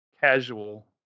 casual